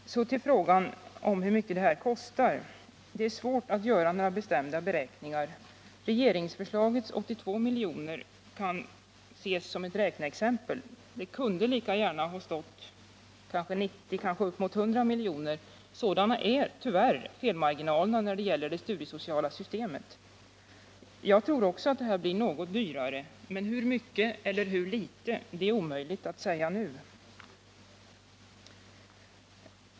Så till frågan om hur mycket det här kostar. Det är svårt att göra några bestämda beräkningar. Regeringsförslagets 82 miljoner kan ses som ett räkneexempel. Det kunde lika gärna ha stått 90 miljoner eller kanske uppemot 100 miljoner. Sådana är tyvärr felmarginalerna när det gäller det studiesociala systemet. Jag tror också att det blir något dyrare, men hur mycket är omöjligt att säga nu.